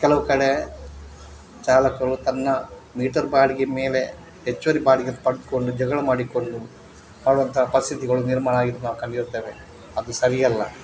ಕೆಲವು ಕಡೆ ಚಾಲಕರು ತನ್ನ ಮೀಟರ್ ಬಾಡಿಗೆ ಮೇಲೆ ಹೆಚ್ಚುವರಿ ಬಾಡಿಗೆ ಪಡೆದ್ಕೊಂಡು ಜಗಳ ಮಾಡಿಕೊಂಡು ಆಗುವಂಥ ಪರಿಸ್ಥಿತಿಗಳು ನಿರ್ಮಾಣ ಆಗಿರುವುದು ನಾವು ಕಂಡಿರುತ್ತೇವೆ ಅದು ಸರಿಯಲ್ಲ